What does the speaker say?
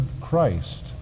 Christ